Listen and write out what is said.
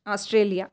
Australia